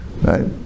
Right